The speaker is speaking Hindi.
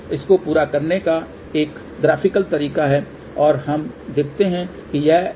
इसको पूरा करने का एक ग्राफिकल तरीका है और हम देखते हैं कि यह क्या तरीका है